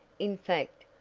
in fact,